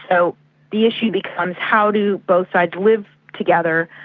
so the issue becomes how do both sides live together,